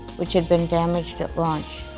which had been damaged at launch.